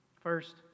First